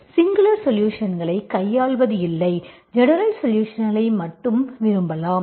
singular சொலுஷன்களை கையாள்வதில்லை general சொலுஷன்களை மட்டுமே விரும்பலாம்